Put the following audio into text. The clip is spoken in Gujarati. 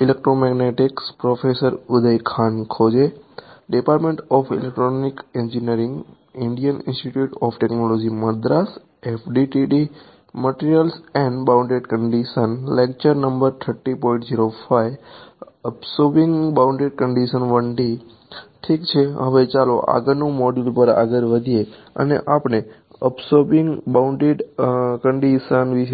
ઠીક છે હવે ચાલો આગળનાં મોડ્યુલ પર આગળ વધીએ અને આપણે અબ્સોર્બિંગકરવાની